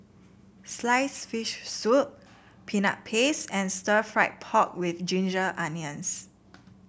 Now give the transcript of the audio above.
sliced fish soup Peanut Paste and Stir Fried Pork with Ginger Onions